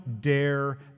dare